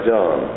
John